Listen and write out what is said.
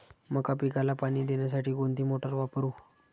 मका पिकाला पाणी देण्यासाठी कोणती मोटार वापरू?